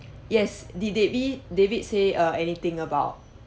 yes did davi~ david say uh anything about